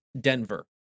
Denver